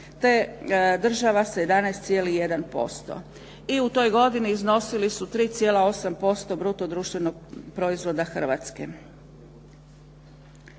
te država sa 11,1%. I u toj godini iznosili su 3,8% bruto društvenog proizvoda Hrvatske.